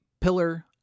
pillar